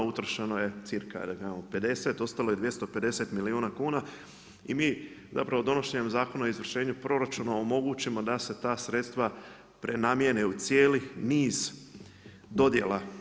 Utrošeno je cirka da kažem 50, ostalo je 250 milijuna kuna i mi zapravo donošenjem Zakona o izvršenju proračuna omogućimo da se ta sredstva prenamijene u cijeli niz dodjela.